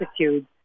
attitude